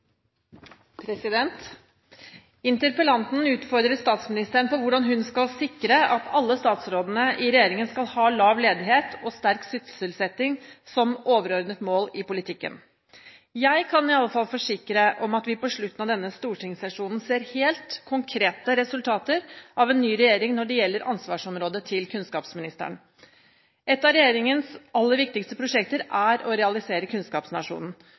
Interpellanten utfordrer statsministeren på hvordan hun skal sikre at alle statsrådene i regjeringen skal ha lav ledighet og sterk sysselsetting som overordnet mål i politikken. Jeg kan iallfall forsikre om at vi på slutten av denne stortingssesjonen ser helt konkrete resultater av en ny regjering når det gjelder ansvarsområdet til kunnskapsministeren. Et av regjeringens aller viktigste prosjekter er å realisere kunnskapsnasjonen.